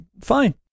fine